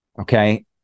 okay